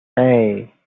hey